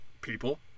people